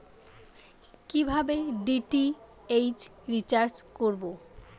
কিভাবে DTH recharge করব?